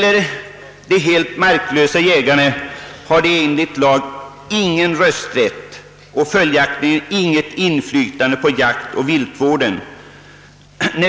De helt marklösa jägarna har enligt lag ingen rösträtt i jaktvårdsområdena och följaktligen inget inflytande på jaktoch viltvården.